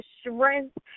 strength